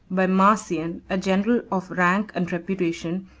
by marcian, a general of rank and reputation,